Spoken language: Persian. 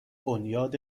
بنیاد